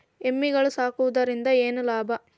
ಎಮ್ಮಿಗಳು ಸಾಕುವುದರಿಂದ ಏನು ಲಾಭ?